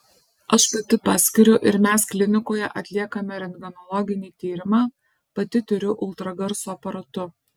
aš pati paskiriu ir mes klinikoje atliekame rentgenologinį tyrimą pati tiriu ultragarso aparatu